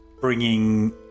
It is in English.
bringing